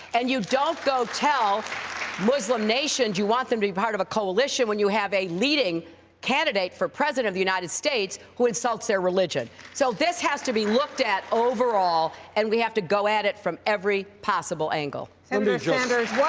and you don't go tell muslim nations you want them to be part of a coalition when you have a leading candidate for president the united states who insults their religion. so this has to be looked at overall, and we have to go at it from every possible angle. ifill senator sanders. sanders